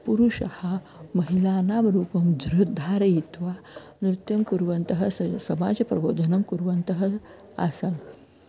पुरुषः महिलानां रूपं धृ धारयित्वा नृत्यं कुर्वन्तः स समाजप्रबोधनं कुर्वन्तः आसन्